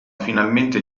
finalmente